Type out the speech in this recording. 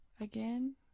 again